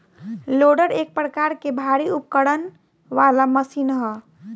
loader एक प्रकार के भारी उपकरण वाला मशीन ह